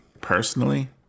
personally